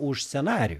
už scenarijų